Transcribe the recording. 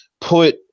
put